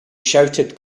shouted